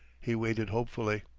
he waited hopefully.